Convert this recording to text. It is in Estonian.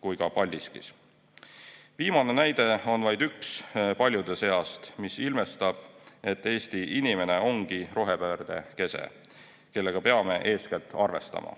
kui ka Paldiskis. Viimane näide on vaid üks paljude seast, mis ilmestab, et Eesti inimene ongi rohepöörde kese, kellega peame eeskätt arvestama.